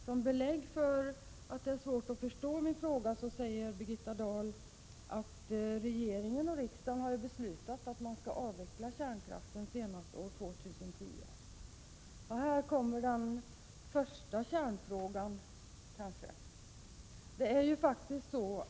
Som belägg för att det är svårt att förstå min fråga säger Birgitta Dahl att regeringen och riksdagen har beslutat att man skall avveckla kärnkraften till senast år 2010. Här kommer kanske den första stötestenen.